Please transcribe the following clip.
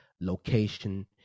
location